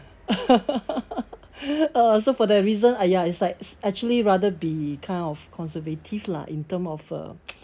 uh so for that reason I ya it's like actually rather be kind of conservative lah in terms of uh